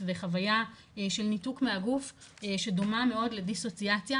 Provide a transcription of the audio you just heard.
וחוויה של ניתוק מהגוף שדומה מאוד לדיסוציאציה,